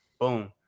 boom